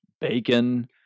bacon